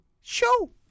Show